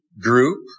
group